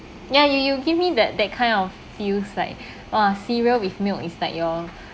ya you you give me that that kind of feels like !wah! cereal with milk is like your